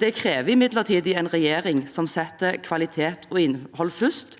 Det krever imidlertid en regjering som setter kvalitet og innhold først.